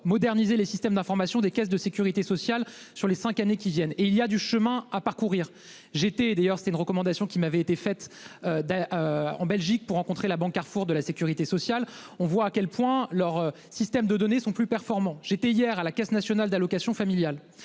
moderniser les systèmes d'information des caisses de Sécurité sociale sur les 5 années qui viennent et il y a du chemin à parcourir. J'étais d'ailleurs c'est une recommandation qui m'avait été faite d'aller. En Belgique pour rencontrer la Banque Carrefour, de la sécurité sociale, on voit à quel point leur système de données sont plus performants. J'étais hier à la Caisse nationale d'allocations familiales.